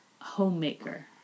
homemaker